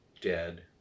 dead